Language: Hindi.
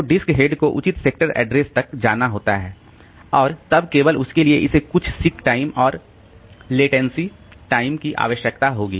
तो डिस्क हेड को उचित सेक्टर एड्रेस तक जाना होता है और तब केवल उसके लिए इसे कुछ सीक टाइम और लेटेंसी टाइम की आवश्यकता होगी